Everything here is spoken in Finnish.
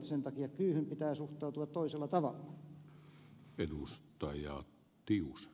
sen takia kyyhyn pitää suhtautua toisella tavalla